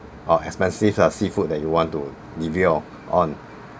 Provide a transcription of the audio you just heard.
or expensive uh seafood that you want to devour on